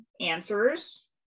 answers